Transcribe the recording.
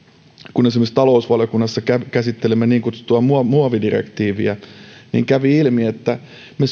kun esimerkiksi talousvaliokunnassa käsittelimme niin kutsuttua muovidirektiiviä niin kävi ilmi että me